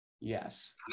Yes